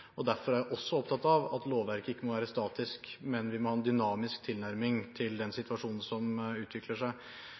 og derfor er jeg også opptatt av at lovverket ikke må være statisk, men at vi må ha en dynamisk tilnærming til den situasjonen som utvikler seg.